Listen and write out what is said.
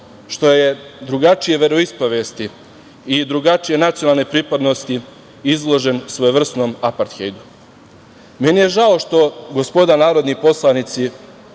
što je drugačije veroispovesti i drugačije nacionalne pripadnosti, izložen svojevrsnom Aparthejdu. Meni je žao što gospoda narodni poslanici